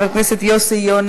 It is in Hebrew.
חבר הכנסת נחמן שי,